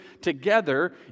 together